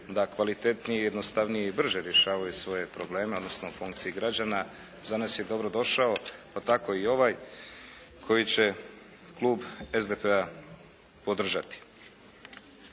da kvalitetnije i jednostavnije i brže rješavaju svoje probleme odnosno u funkciji građana za nas je dobrodošao, pa tako i ovaj koji će klub SDP-a podržati.